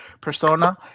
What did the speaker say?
persona